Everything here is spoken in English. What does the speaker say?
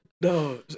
No